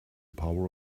power